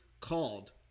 called